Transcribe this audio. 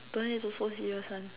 don't need to so serious [one]